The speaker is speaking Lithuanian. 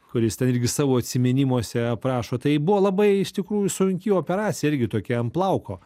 kuris ten irgi savo atsiminimuose aprašo tai buvo labai iš tikrųjų sunki operacija irgi tokia ant plauko